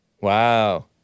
Wow